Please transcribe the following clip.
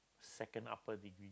second upper degree